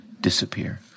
disappear